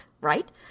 right